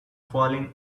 falling